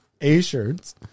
A-shirts